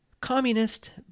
Communist